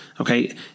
Okay